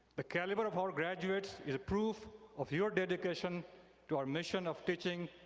the caliber of our graduates is proof of your dedication to our mission of teaching,